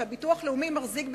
שהביטוח הלאומי מחזיק,